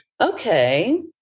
Okay